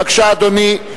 בבקשה, אדוני.